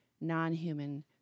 non-human